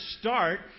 start